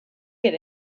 get